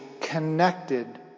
connected